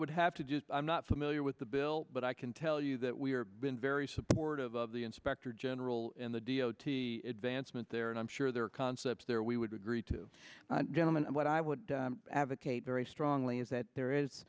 would have to do i'm not familiar with the bill but i can tell you that we are been very supportive of the inspector general in the d o t advancement there and i'm sure there are concepts there we would agree to get them and what i would advocate very strongly is that there is